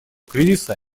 кризиса